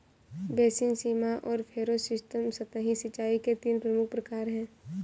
basin, सीमा और furrow system सतही सिंचाई के तीन प्रमुख प्रकार है